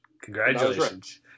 Congratulations